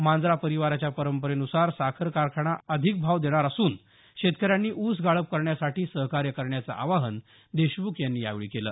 मांजरा परिवाराच्या परंपरेनुसार साखर कारखाना अधिक भाव देणार असून शेतकर्यांनी ऊस गाळप करण्यासाठी सहकार्य करण्याचं आवाहन देशमुख यांनी यावेळी केलं